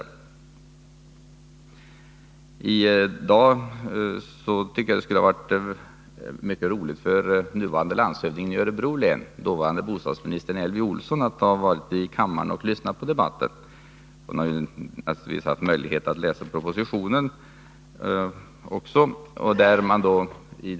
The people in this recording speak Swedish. Jag tycker att det i dag skulle ha varit roligt för den nuvarande landshövdingen i Örebro län, dåvarande bostadsministern Elvy Olsson, att ha varit i kammaren och lyssnat på debatten och få fastslaget hur rätt förslagen 1978 låg. Hon har naturligtvis haft möjlighet att läsa propositionen.